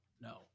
no